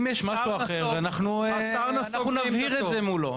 אם יש משהו אחר, אנחנו נבהיר את זה מולו.